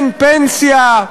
אין פנסיה,